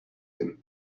him